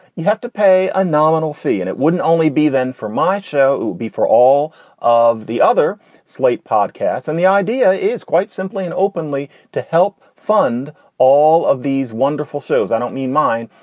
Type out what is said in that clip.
you have to pay a nominal fee. and it wouldn't only be then for my show would be for all of the other slate podcasts. and the idea is quite simply and openly to help fund all of these these wonderful shows. i don't mean mine.